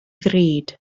ddrud